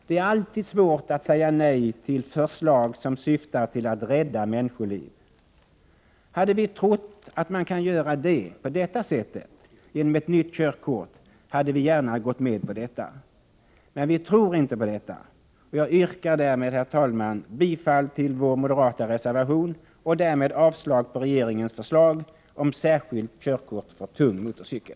Det är alltid svårt att säga nej till förslag som syftar till att rädda människoliv. Hade vi trott att man kan göra det på detta sätt — genom ett nytt körkort — hade vi gärna gått med på förslaget. Men vi tror inte på detta, och med det anförda, herr talman, yrkar jag bifall till vår moderata reservation och därmed avslag på regeringens förslag om ett särskilt körtkort för tung motorcykel.